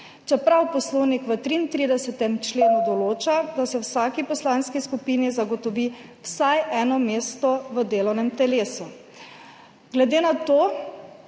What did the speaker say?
čeprav Poslovnik v 33. členu določa, da se vsaki poslanski skupini zagotovi vsaj eno mesto v delovnem telesu. Zato